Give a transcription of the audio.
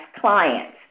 clients